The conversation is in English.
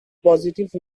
positive